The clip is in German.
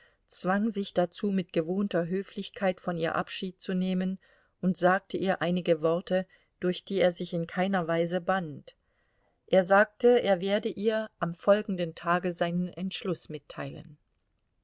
zwang sich dazu mit gewohnter höflichkeit von ihr abschied zu nehmen und sagte ihr einige worte durch die er sich in keiner weise band er sagte er werde ihr am folgenden tage seinen entschluß mitteilen